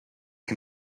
can